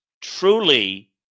truly